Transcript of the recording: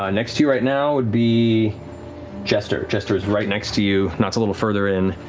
ah next to you right now would be jester. jester is right next to you. nott's a little further in.